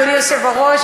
אדוני היושב-ראש,